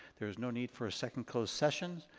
there is no need for a second closed session.